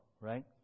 right